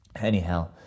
anyhow